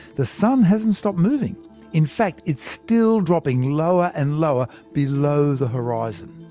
the sun hasn't stopped moving in fact, it's still dropping lower and lower below the horizon.